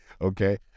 Okay